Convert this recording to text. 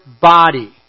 body